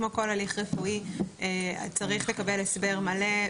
כמו כל הליך רפואי צריך לקבל הסבר מלא.